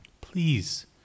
please